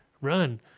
Run